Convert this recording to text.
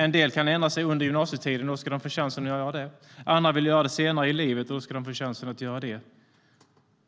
En del kan ändra sig under gymnasietiden, och då ska de få chansen att göra det. Andra vill göra det senare i livet, och då ska de få chansen att göra det.